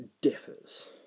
differs